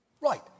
Right